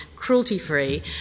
cruelty-free